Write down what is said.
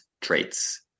traits